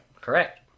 Correct